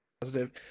positive